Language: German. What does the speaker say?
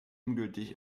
ungültig